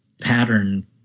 pattern